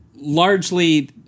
largely